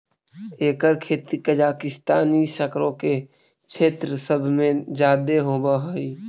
एकर खेती कजाकिस्तान ई सकरो के क्षेत्र सब में जादे होब हई